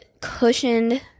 cushioned